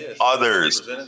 others